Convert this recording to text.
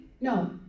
No